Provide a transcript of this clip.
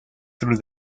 through